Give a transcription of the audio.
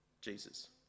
Jesus